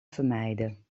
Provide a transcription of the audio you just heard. vermijden